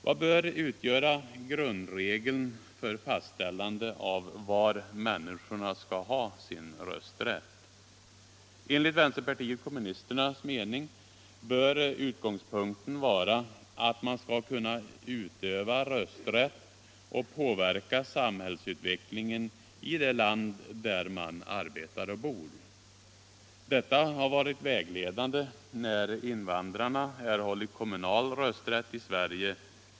Vad bör utgöra grundregeln för fastställande av var människorna skall ha sin rösträtt? Enligt vänsterpartiet kommunisternas mening bör utgångspunkten vara att man skall kunna utöva rösträtt och påverka samhällsutvecklingen i det land där man arbetar och bor. Detta har varit vägledande när invandrarna erhållit kommunal rösträtt i Sverige.